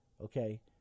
Okay